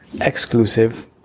exclusive